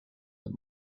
that